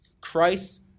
Christ